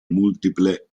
multiple